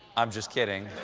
um just kidding.